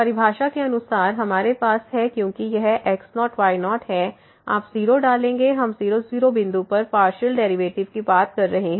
परिभाषा के अनुसार हमारे पास है क्योंकि यह x0y0 है आप 0 डालेंगे हम 0 0 बिंदु पर पार्शियल डेरिवेटिव की बात कर रहे हैं